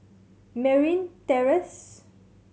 Merryn Terrace